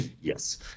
Yes